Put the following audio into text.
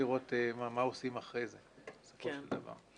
לראות מה עושים אחרי זה בסופו של דבר.